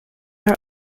are